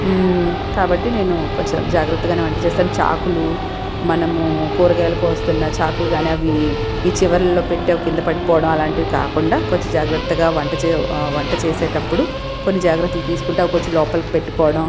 కాబట్టి నేను కొంచం జాగ్రత్తగానే వంట చేస్తాను చాకులు మనము కూరగాయలు కోస్తున్నా చాకులు కానీ అవి ఈ చివర్లలో పెట్టి అవి కింద పడిపోవడం అలాంటివి కాకుండా కొంచెం జాగ్రత్తగా వంట చే వంట చేసేటప్పుడు కొన్ని జాగ్రత్తలు తీసుకుంటాను అవి కొంచెం లోపలకి పెట్టుకోవడం